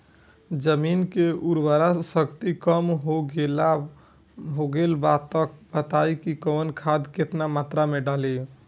जमीन के उर्वारा शक्ति कम हो गेल बा तऽ बताईं कि कवन खाद केतना मत्रा में डालि?